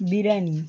biryani